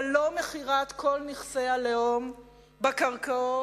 אבל לא מכירת כל נכסי הלאום בקרקעות,